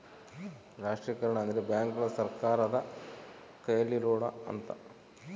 ರಾಷ್ಟ್ರೀಕರಣ ಅಂದ್ರೆ ಬ್ಯಾಂಕುಗಳು ಸರ್ಕಾರದ ಕೈಯಲ್ಲಿರೋಡು ಅಂತ